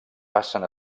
passen